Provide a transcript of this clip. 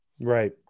Right